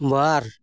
ᱵᱟᱨ